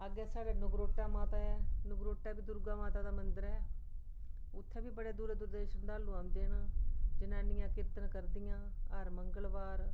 अग्गें साढ़े नगरोटा माता ऐ नगरोटै बी दुर्गा माता दा मंदर ऐ उत्थै बी बड़े दूरै दूरै दे शरदालु औंदे न जनानियां कीर्तन करदियां न हर मंगलवार